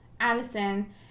Addison